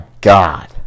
God